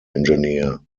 engineer